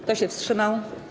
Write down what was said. Kto się wstrzymał?